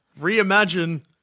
reimagine